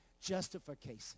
Justification